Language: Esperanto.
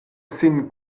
sin